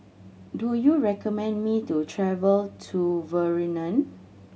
do you recommend me to travel to